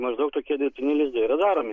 maždaug tokie dirbtiniai lizdai yra daromi